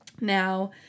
Now